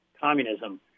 communism